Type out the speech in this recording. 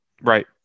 Right